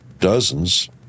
dozens